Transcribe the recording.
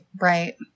right